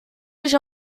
sich